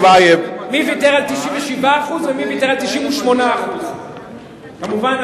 מי ויתר על 97% ומי ויתר על 98%. מובן,